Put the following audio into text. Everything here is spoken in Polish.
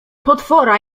potwora